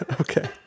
Okay